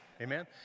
Amen